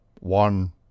one